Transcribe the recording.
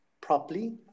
properly